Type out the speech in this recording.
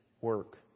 work